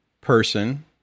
person